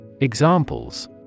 Examples